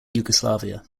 yugoslavia